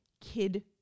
Kid